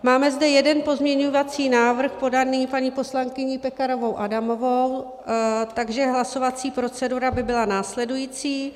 Máme zde jeden pozměňovací návrh podaný paní poslankyní Pekarovou Adamovou, takže hlasovací procedura by byla následující.